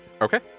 Okay